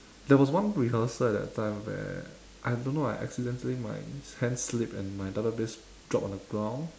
there was one rehearsal at that time where I don't know I accidentally my hand slipped and my double bass dropped on the ground